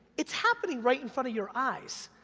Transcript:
it's happening right in front of your eyes,